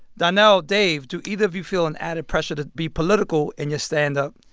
donnell, dave, do either of you feel an added pressure to be political in your stand-up,